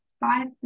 five